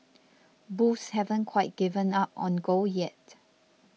bulls haven't quite given up on gold yet